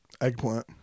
Eggplant